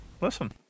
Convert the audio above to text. listen